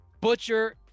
Butcher